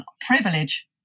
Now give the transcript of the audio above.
privilege